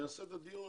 נקיים את הדיון